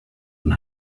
und